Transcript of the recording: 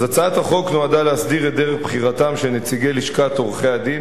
הצעת החוק נועדה להסדיר את דרך בחירתם של נציגי לשכת עורכי-הדין